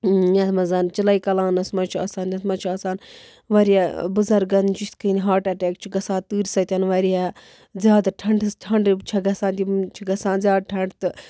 یَتھ منٛز چِلَیکَلانَس منٛز چھُ آسان یَتھ منٛز چھُ آسان واریاہ بٕزَرگَن چھِ یِتھ کَنۍ ہاٹ اٮ۪ٹیک چھُ گژھان تۭرِ سۭتۍ واریاہ زیادٕ ٹھَنڈَس ٹھنڈٕ چھےٚ گَژھان تِم چھِ گژھان زیادٕ ٹھنڈٕ تہٕ